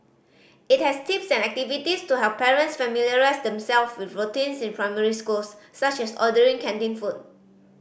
it has tips and activities to help parents familiarise themself with routines in primary schools such as ordering canteen food